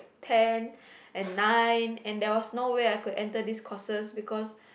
ten and nine and there was no way I could enter these courses because